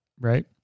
Right